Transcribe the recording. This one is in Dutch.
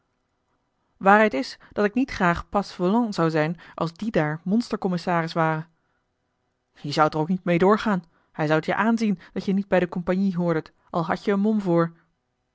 waarheid is dat ik niet graag passa volant zou zijn als die daar monstercommissaris ware osboom oussaint e zoudt er ook niet meê doorgaan hij zou je het aanzien dat je niet bij de compagnie hoordet al had je een mom voor